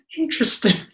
interesting